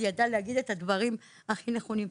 היא ידעה להגיד את הדברים הכי נכונים.